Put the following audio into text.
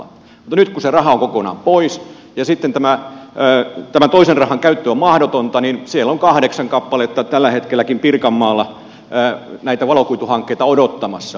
mutta nyt kun se raha on kokonaan pois ja sitten tämän toisen rahan käyttö on mahdotonta niin siellä on kahdeksan kappaletta tälläkin hetkellä pirkanmaalla näitä valokuituhankkeita odottamassa